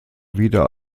wieder